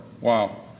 wow